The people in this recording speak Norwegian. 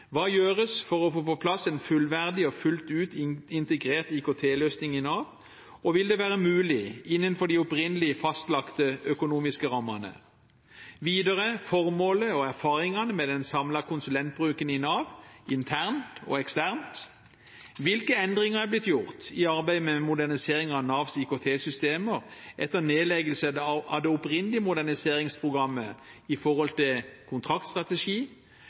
Hva gjøres for å få på plass en fullverdig og fullt ut integrert IKT-løsning i Nav, og vil dette være mulig innenfor de opprinnelig fastlagte økonomiske rammene? Hva er formålet og erfaringene med den samlede konsulentbruken i Nav internt og eksternt? Hvilke endringer er blitt gjort i arbeidet med modernisering av Navs IKT-systemer etter nedleggelse av det opprinnelige moderniseringsprogrammet med tanke på kontraktsstrategi, forholdet mellom intern og ekstern kompetanse og risikovurdering og kvalitetssikring? Komiteen fikk i